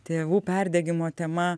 tėvų perdegimo tema